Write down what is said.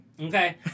Okay